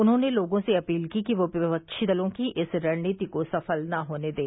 उन्होंने लोगों से अपील की कि वे विपक्षी दलों की इस रणनीति को सफल न होनें दें